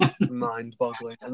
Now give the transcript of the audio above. Mind-boggling